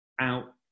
out